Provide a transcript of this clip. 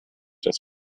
das